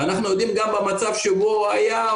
אנחנו יודעים שגם במצב שבו הוא היה,